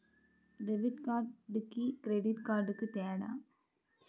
Debit కార్డుకి credit కార్డుకి తేడా?